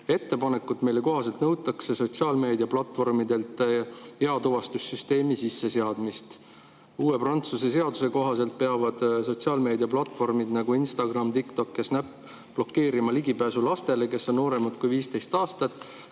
ettepanekut, mille kohaselt nõutakse sotsiaalmeedia platvormidelt eatuvastussüsteemi sisseseadmist. Uue Prantsuse seaduse kohaselt peaksid sotsiaalmeediaplatvormid, nagu Instagram, TikTok ja Snapchat, blokeerima ligipääsu lastele, kes on nooremad kui 15 aastat,